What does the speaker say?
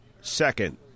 second